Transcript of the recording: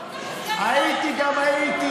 סגן שר אוצר הייתי גם הייתי,